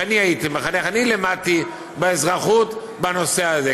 כשאני הייתי מחנך לימדתי באזרחות בנושא הזה,